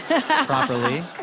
properly